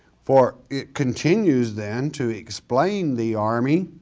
for it continues then to explain the army